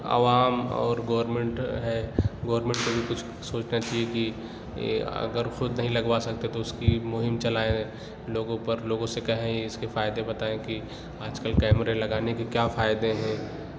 عوام اور گورنمنٹ ہے گورنمنٹ کو بھی کچھ سوچنا چاہیے کہ یہ اگر خود نہیں لگوا سکتے تو اُس کی مُہم چلائیں لوگوں پر لوگوں سے کہیں اِس کے فائدے بتائیں کہ آج کل کیمرے لگانے کے کیا فائدے ہیں